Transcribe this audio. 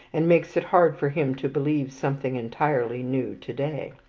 and makes it hard for him to believe something entirely new to-day.